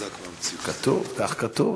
כך כתוב,